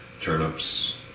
turnips